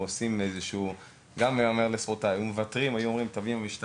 הם עשו איזה שהוא הליך מקל וביקשו להביא אישור